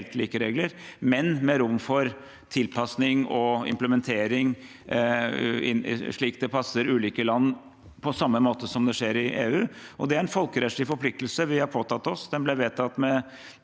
men med rom for tilpasning og implementering slik det passer ulike land, på samme måte som det skjer i EU. Det er en folkerettslig forpliktelse vi har påtatt oss.